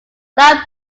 club